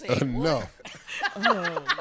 enough